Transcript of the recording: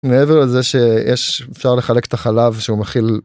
מעבר לזה שיש, אפשר לחלק את החלב שהוא מכיל